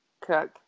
cook